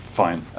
fine